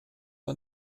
man